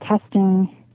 testing